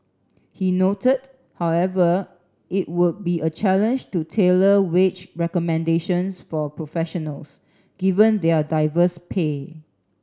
he noted however it would be a challenge to tailor wage recommendations for professionals given their diverse pay